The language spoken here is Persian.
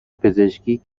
پزشکی